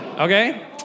okay